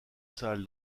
salle